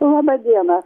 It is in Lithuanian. labą dieną